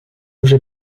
вже